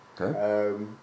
Okay